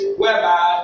whereby